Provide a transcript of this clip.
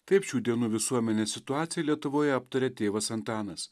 taip šių dienų visuomenėj situaciją lietuvoje aptaria tėvas antanas